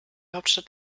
hauptstadt